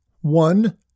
One